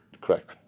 Correct